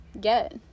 get